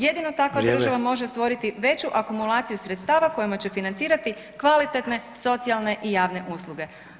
Jedino takva država može stvoriti veću akumulaciju sredstava kojim će financirati kvalitetne socijalne i javne usluge.